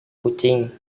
kucing